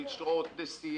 של שעות נסיעה?